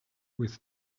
with